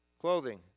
clothing